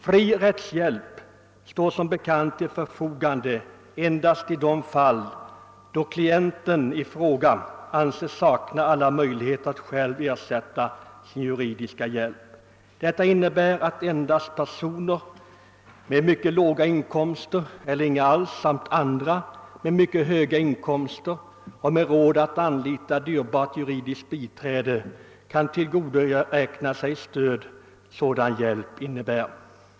Fri rättshjälp kan som bekant endast erhållas i fall då klienten i fråga anses sakna alla möjligheter att själv ersätta sin juridiska hjälp. Detta innebär att endast personer med mycket låga inkomster eller inga alls samt andra, som på grund av mycket höga inkomster har råd att anlita dyrbart juridiskt biträde, kan tillgodoräkna sig det stöd en sådan hjälp betyder.